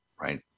Right